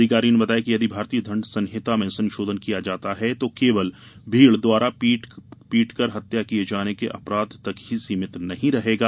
अधिकारी ने बताया कि यदि भारतीय दण्ड संहिता में संशोधन किया जाता हैं तो केवल भीड़ द्वारा पीट कर हत्या किए जाने के अपराध तक ही सीमित नहीं रहेगा